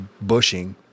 bushing